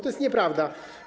To jest nieprawda.